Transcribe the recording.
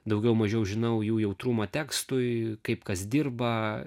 daugiau mažiau žinau jų jautrumą tekstui kaip kas dirba